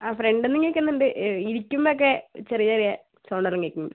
ആ ഫ്രണ്ടിൽ നിന്നും കേൾക്കുന്നുണ്ട് ഈ ഇരിക്കുമ്പോഴൊക്കെ ചെറിയ ചെറിയ സൗണ്ടെല്ലാം കേൾക്കുന്നുണ്ട്